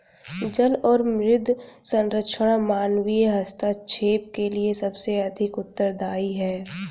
जल और मृदा संरक्षण मानवीय हस्तक्षेप के लिए सबसे अधिक उत्तरदायी हैं